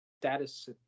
status